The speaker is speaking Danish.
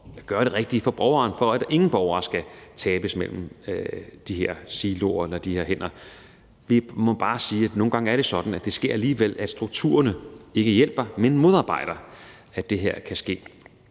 at gøre det rigtige for borgerne, for at ingen borgere skal tabes mellem de her siloer eller mellem de her hænder. Man må bare sige, at nogle gange er det sådan, at det sker alligevel, at strukturerne ikke hjælper, men modarbejder, at det her kan ske.